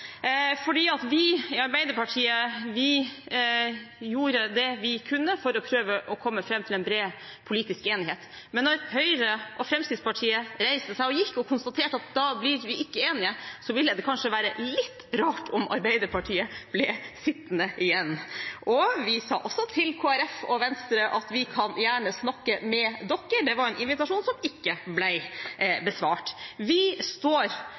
Vi i Arbeiderpartiet gjorde det vi kunne for å prøve å komme fram til en bred politisk enighet, men når Høyre og Fremskrittspartiet reiste seg og gikk, og vi konstaterte at vi ikke ble enige, ville det kanskje vært litt rart om Arbeiderpartiet ble sittende igjen. Vi sa også til Kristelig Folkeparti og Venstre at vi gjerne kunne snakke med dem, men det var en invitasjon som ikke ble besvart. Vi står